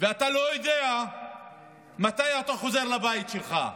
ואתה לא יודע מתי אתה חוזר לבית שלך.